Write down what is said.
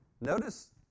notice